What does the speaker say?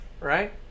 right